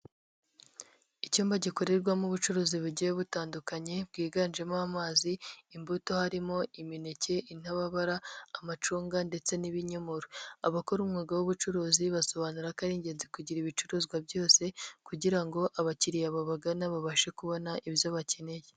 Icyumba gikorerwamo ubucuruzi bugiye butandukanye bwiganjemo amazi, imbuto, harimo imineke, intababara, amacunga ndetse n'ibinyomoro, abakora umwuga w'ubucuruzi basobanura ko ari ingenzi kugira ibicuruzwa byose kugira ngo abakiriya babagana babashe kubona ibyo bakeneye.